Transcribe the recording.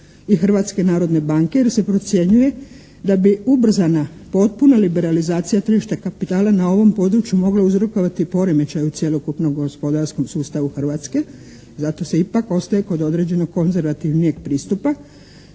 Hrvatske narodne banke jer se procjenjuje da bi ubrzana potpuna liberalizacija tržišta kapitala na ovom području mogla uzrokovati poremećaj u cjelokupnom gospodarskom sustavu Hrvatske. Zato se ipak ostaje kod određenog konzervativnijeg pristupa.